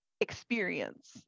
experience